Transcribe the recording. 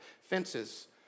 fences